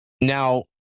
Now